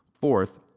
Fourth